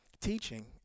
teaching